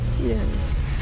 yes